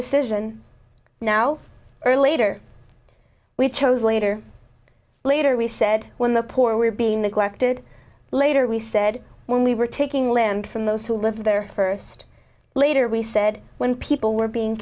decision now earlier we chose later later we said when the poor were being neglected later we said when we were taking land from those who live there first later we said when people were being